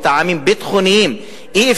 שמטעמים ביטחוניים אינם